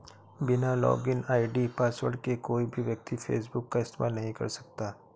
बिना login ID password के कोई भी व्यक्ति फेसबुक का इस्तेमाल नहीं कर सकता